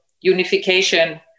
unification